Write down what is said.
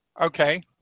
Okay